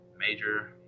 major